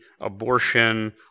abortion